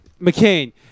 McCain